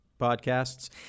podcasts